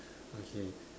okay